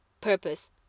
purpose